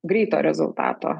greito rezultato